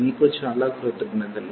మీకు చాలా కృతజ్ఞతలు